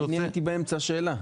אני הייתי באמצע שאלה.